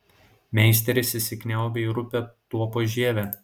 meisteris įsikniaubia į rupią tuopos žievę